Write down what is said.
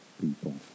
people